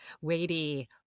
weighty